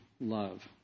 love